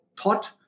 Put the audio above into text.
thought